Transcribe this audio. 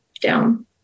down